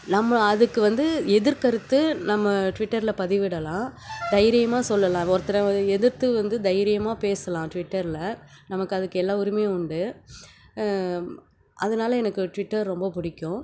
நம்ம அதுக்கு வந்து எதிர் கருத்து நம்ம ட்விட்டரில் பதிவிடலாம் தைரியமாக சொல்லலாம் ஒருத்தரை எதிர்த்து வந்து தைரியமாக பேசலாம் ட்விட்டரில் நமக்கு அதுக்கு எல்லா உரிமையும் உண்டு அதனால எனக்கு ட்விட்டர் ரொம்ப பிடிக்கும்